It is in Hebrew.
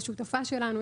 השותפה שלנו,